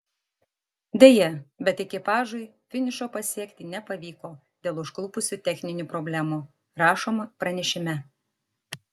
deja bet ekipažui finišo pasiekti nepavyko dėl užklupusių techninių problemų rašoma pranešime